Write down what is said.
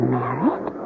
married